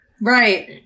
Right